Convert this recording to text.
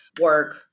Work